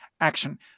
action